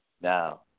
Now